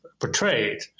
portrayed